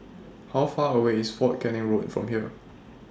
How Far away IS Fort Canning Road from here